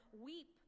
weep